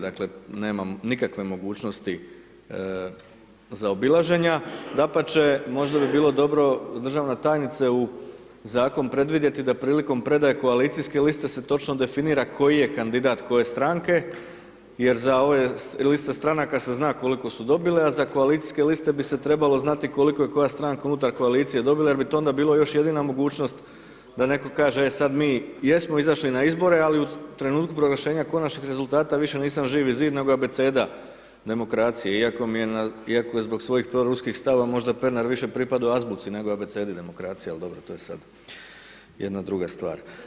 Dakle, nemam nikakve mogućnosti zaobilaženja dapače možda bi bilo dobro državna tajnice u zakon predvidjeti da prilikom predaje koalicijske liste se točno definira koji je kandidat koje stranke jer za ove liste stranaka se zna koliko su dobile, a za koalicijske liste bi se trebalo znati koliko je koja stranka unutar koalicije dobila jer bi to onda bilo još jedina mogućnost da neko kaže, e sad mi jesmo izašli na izbore ali u trenutku proglašenja konačnih rezultata više nisam Živi zid nego Abeceda demokracije iako mi je, iako je zbog svoj proruskih stavova možda Pernar više pripadao azbuci nego abecedi demokracije, ali dobro to je sad jedna druga stvar.